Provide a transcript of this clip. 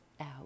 out